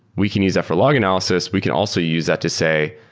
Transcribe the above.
we can use that for log analysis. we can also use that to say,